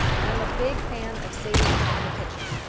and i'm a big fan of saving time in the kitchen.